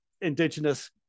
indigenous